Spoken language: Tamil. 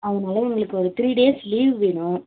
அதனால் எங்களுக்கு ஒரு த்ரீ டேஸ் லீவ் வேணும்